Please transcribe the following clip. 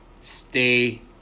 Stay